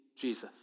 Jesus